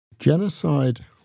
Genocide